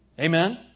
Amen